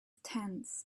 tense